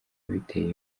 bitera